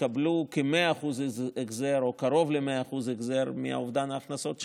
יקבלו כ-100% החזר או קרוב ל-100% החזר מאובדן ההכנסות שלהן,